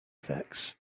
effects